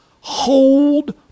hold